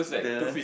the